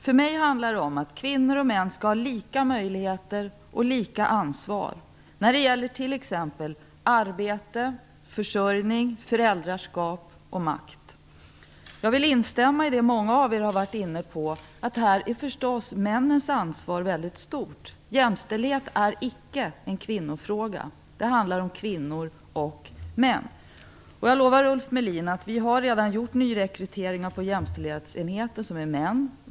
För mig handlar det om att kvinnor och män skall ha lika möjligheter och lika ansvar när det gäller t.ex. arbete, försörjning, föräldraskap och makt. Jag vill instämma i det många av er har tagit upp, att männens ansvar på det här området förstås är väldigt stort. Jämställdhet är icke en kvinnofråga. Det handlar om kvinnor och män. Jag lovar, Ulf Melin, att vi redan har gjort nyrekryteringar av män på jämställdheten.